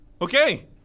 Okay